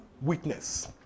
witness